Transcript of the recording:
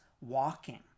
walking